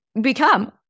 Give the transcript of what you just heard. become